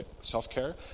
self-care